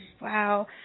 wow